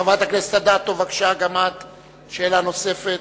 חברת הכנסת אדטו, בבקשה, שאלה נוספת.